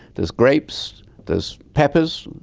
there's grapes, there's peppers,